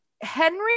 Henry